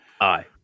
aye